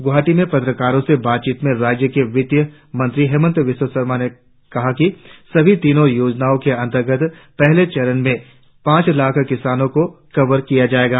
गुवाहाटी में पत्रकार से बातचीत में राज्य के वित्त मंत्री हेमंत बिस्व सरमा ने कहा कि सभी तीनों योजनाओं के अंतर्गत पहले चरण में पांच लाख किसानों को कवर किया जायेगा